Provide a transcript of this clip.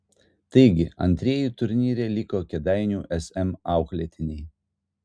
taigi antrieji turnyre liko kėdainių sm auklėtiniai